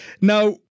Now